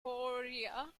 korea